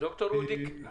ד"ר אודי קלינר,